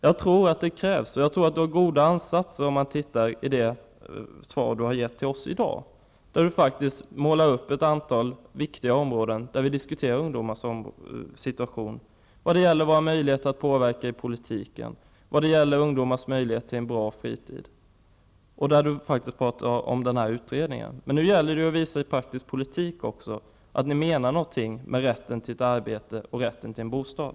Jag tror att det är vad som krävs. Jag tror också på Inger Davidsons ansatser i det svar som vi har fått här i dag. I svaret målas faktiskt ett antal viktiga områden upp. Det gäller då ungdomarnas situation, våra möjligheter att påverka i politiken och ungdomars möjligheter till en bra fritid. Dessutom talas det om utredningen i fråga. Men nu gäller det att också i praktisk politik visa att ni menar någonting med ert tal om rätten till ett arbete och en bostad.